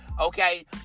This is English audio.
Okay